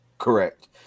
Correct